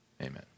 Amen